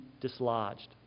dislodged